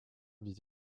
vis